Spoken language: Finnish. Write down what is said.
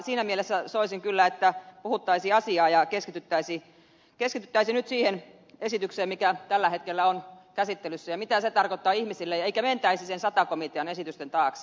siinä mielessä soisin kyllä että puhuttaisiin asiaa ja keskityttäisiin nyt siihen esitykseen mikä tällä hetkellä on käsittelyssä ja mitä se tarkoittaa ihmisille eikä mentäisi sen sata komitean esitysten taakse